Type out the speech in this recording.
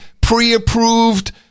pre-approved